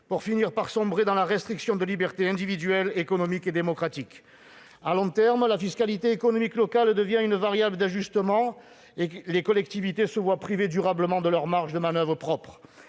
pour finir par sombrer dans la restriction de libertés individuelles, économiques et démocratiques. À long terme, la fiscalité économique locale devient une variable d'ajustement et les collectivités se voient privées durablement de leurs marges de manoeuvre propres.